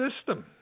system